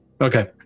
Okay